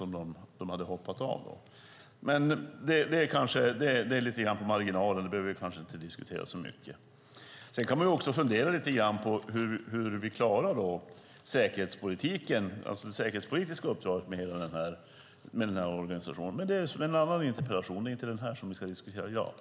Men detta är lite grann på marginalen, och vi kanske inte behöver diskutera det så mycket. Man kan också fundera lite grann på hur vi klarar det säkerhetspolitiska uppdraget med denna organisation. Men det är en annan interpellation, och inte den som vi ska diskutera i dag.